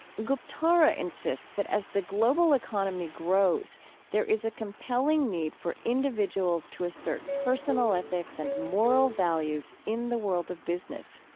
guptara insists that as the global economy grows there is a compelling need for individuals to assert personal ethics and moral values in the world of business.